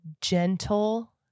gentle